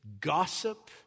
gossip